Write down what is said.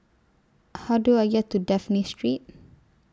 How Do I get to Dafne Street